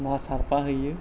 ना सारफा हैयो